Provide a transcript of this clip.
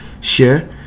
share